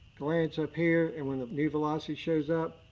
glance up here and when the new velocity shows up,